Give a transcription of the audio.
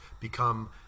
become